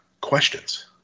questions